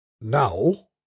now